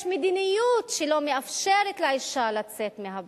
יש מדיניות שלא מאפשרת לאשה לצאת מהבית.